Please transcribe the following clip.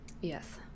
Yes